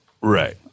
Right